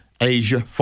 Asia